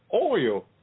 oil